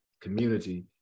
community